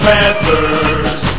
Panthers